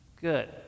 Good